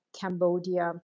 Cambodia